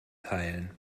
teilen